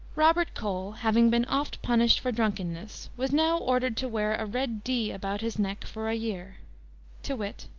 robert cole, having been oft punished for drunkenness, was now ordered to wear a red d about his neck for a year to wit,